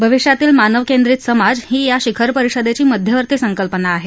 भविष्यातील मानवकेंद्रित समाज ही या शिखरपरिषदेची मध्यवर्ती संकल्पना आहे